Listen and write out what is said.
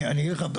אני אגיד לך,